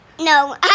No